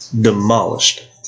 demolished